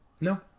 No